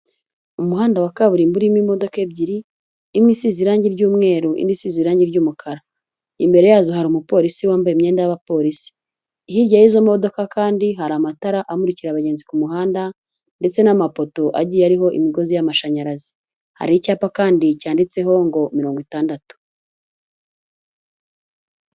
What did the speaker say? Umuhanda wa kaburimbo urimo imodoka ebyiri, imwe isize irangi ry'umweru, indi isize irangi ry'umukara, imbere yazo hari umupolisi wambaye imyenda y'abapolisi, hirya y'izo modoka kandi hari amatara amurikira abagenzi ku muhanda ndetse n'amapoto agiye ariho imigozi y'amashanyarazi, hari icyapa kandi cyanditseho ngo mirongo itandatu.